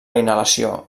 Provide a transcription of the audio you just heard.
inhalació